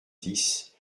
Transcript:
dix